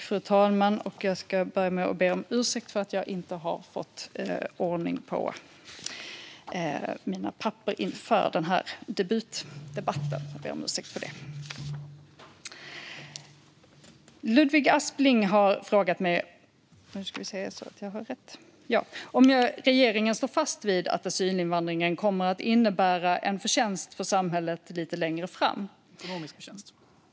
Fru talman! Jag ska börja med att be om ursäkt för att jag inte har fått ordning på mina papper inför de här debutdebatterna. Jag ber om ursäkt för det. Ludvig Aspling har frågat mig om regeringen står fast vid att asylinvandringen kommer att innebära en förtjänst för samhället lite längre fram .